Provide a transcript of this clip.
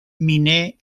miner